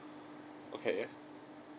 okay